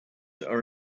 are